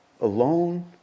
alone